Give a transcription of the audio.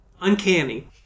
Uncanny